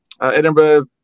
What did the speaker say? Edinburgh